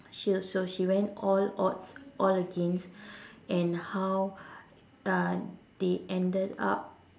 she so she went all odds all against and how uh they ended up